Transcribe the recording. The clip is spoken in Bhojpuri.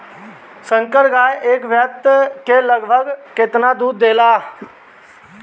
संकर गाय एक ब्यात में लगभग केतना दूध देले?